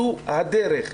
זו הדרך.